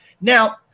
Now